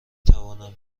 توانم